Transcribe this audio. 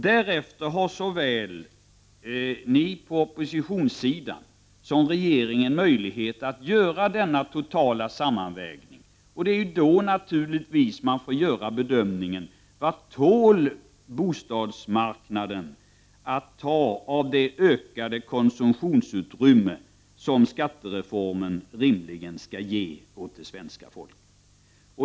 Sedan har såväl ni på oppositionssidan som regeringen möjlighet att göra en total sammanvägning. Då får man naturligtvis bedöma vad bostadsmarknaden tål beträffande det ökade konsumtionsutrymme som skattereformen rimligen skall ge svenska folket.